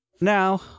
Now